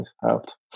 helped